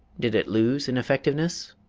did it lose in effectiveness?